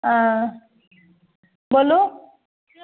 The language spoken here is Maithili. हँ बोलू